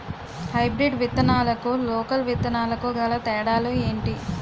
Hybrid విత్తనాలకు local విత్తనాలకు గల తేడాలు ఏంటి?